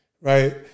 right